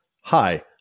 Hi